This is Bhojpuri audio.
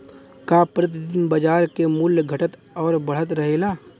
का प्रति दिन बाजार क मूल्य घटत और बढ़त रहेला?